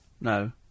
no